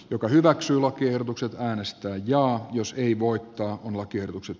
joka hyväksyy lakiehdotukset äänestää jaa jos ei voikaan lakiehdotukset